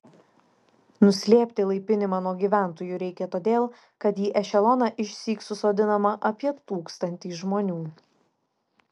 nuslėpti laipinimą nuo gyventojų reikia todėl kad į ešeloną išsyk susodinama apie tūkstantį žmonių